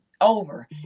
over